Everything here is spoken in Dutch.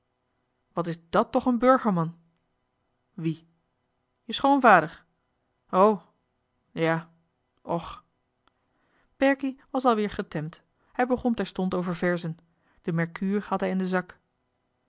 wat is dàt toch een burgerman wie je schoonvader o ja och berkie was al weer getemd hij begon terstond over verzen den mercure had hij in den zak